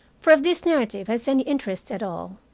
for, if this narrative has any interest at all,